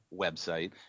website